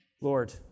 Lord